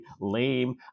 lame